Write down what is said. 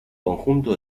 conjunto